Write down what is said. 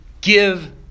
give